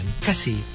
Kasi